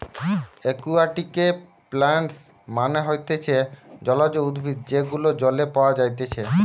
একুয়াটিকে প্লান্টস মানে হতিছে জলজ উদ্ভিদ যেগুলো জলে পাওয়া যাইতেছে